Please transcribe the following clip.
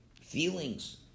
feelings